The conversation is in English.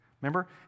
Remember